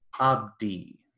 Abdi